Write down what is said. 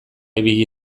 ibili